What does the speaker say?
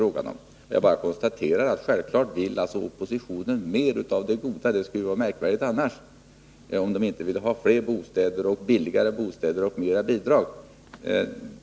Men självfallet vill oppositionen ha mera av det goda — det skulle vara märkvärdigt, om man inte ville ha fler och billigare bostäder och mer bidrag.